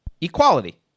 equality